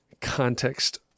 context